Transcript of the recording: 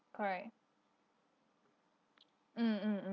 correct mm mm mm